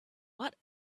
what